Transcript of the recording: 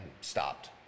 stopped